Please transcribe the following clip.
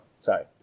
Sorry